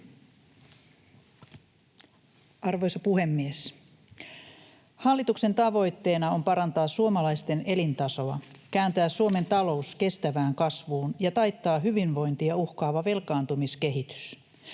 Arvoisa puhemies! Hallituksen tavoitteena on parantaa suomalaisten elintasoa, kääntää Suomen talous kestävään kasvuun ja taittaa hyvinvointia uhkaava velkaantumiskehitys.